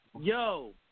yo